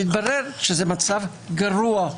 שהתברר שזה מצב גרוע.